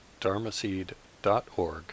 dharmaseed.org